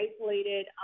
isolated